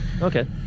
Okay